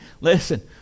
Listen